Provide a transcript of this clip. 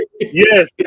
Yes